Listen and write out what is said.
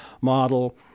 model